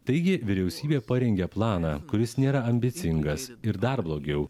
taigi vyriausybė parengė planą kuris nėra ambicingas ir dar blogiau